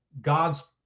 God's